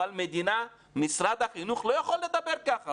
אבל מדינה, משרד החינוך לא יכול לדבר ככה.